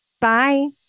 Bye